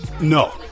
No